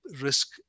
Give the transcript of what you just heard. risk